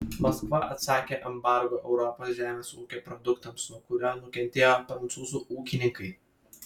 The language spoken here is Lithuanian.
maskva atsakė embargu europos žemės ūkio produktams nuo kurio nukentėjo prancūzų ūkininkai